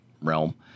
realm